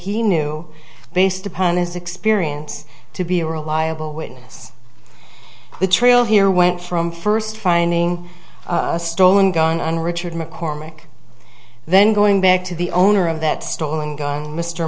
he knew based upon his experience to be a reliable witness the trail here went from first finding a stolen gun on richard mccormick then going back to the owner of that store and gun